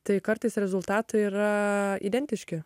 tai kartais rezultatai yra identiški